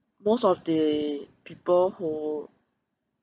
most of the people who